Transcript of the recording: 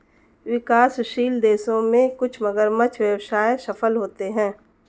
विकासशील देशों में कुछ मगरमच्छ व्यवसाय सफल होते हैं